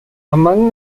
among